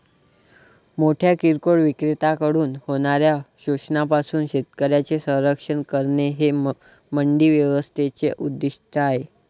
मोठ्या किरकोळ विक्रेत्यांकडून होणाऱ्या शोषणापासून शेतकऱ्यांचे संरक्षण करणे हे मंडी व्यवस्थेचे उद्दिष्ट आहे